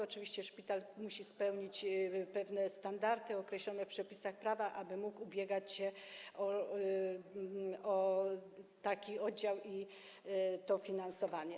Oczywiście szpital musi spełnić pewne standardy określone w przepisach prawa, aby mógł ubiegać się o taki oddział i o dofinansowanie.